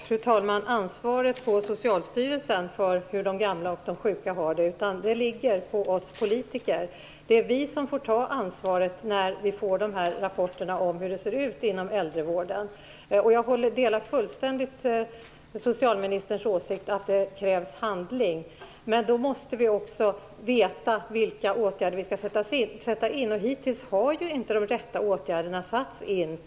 Fru talman! Nu ligger ansvaret för hur de gamla och sjuka har det inte på Socialstyrelsen utan på oss politiker. Det är vi som får ta ansvaret när vi får rapporterna om hur det ser ut inom äldrevården. Jag delar fullständigt socialministerns åsikt att det krävs handling. Men då måste vi också veta vilka åtgärder vi skall sätta in, och hittills har inte de rätta åtgärderna satts in.